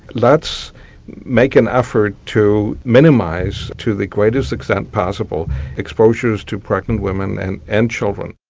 let's make an effort to minimise to the greatest extent possible exposures to pregnant women and and children.